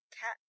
cat